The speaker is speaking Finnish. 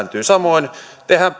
lisääntyy samoin tehän